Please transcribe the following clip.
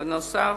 בנוסף,